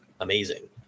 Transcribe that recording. amazing